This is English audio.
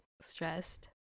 stressed